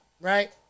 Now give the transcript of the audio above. Right